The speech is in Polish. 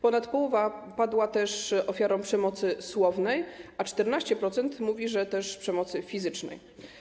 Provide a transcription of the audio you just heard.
Ponad połowa padła też ofiarą przemocy słownej, a 14% mówi, że też przemocy fizycznej.